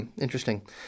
interesting